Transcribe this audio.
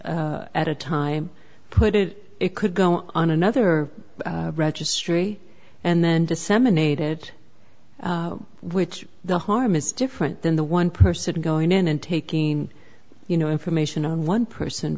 at a time put it it could go on another registry and then disseminated which the harm is different than the one person going in and taking you know information on one person